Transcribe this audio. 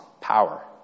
power